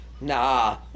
Nah